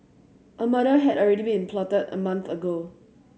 a murder had already been plotted a month ago